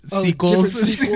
Sequels